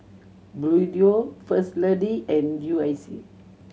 Bluedio First Lady and U I C